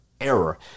error